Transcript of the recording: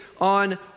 on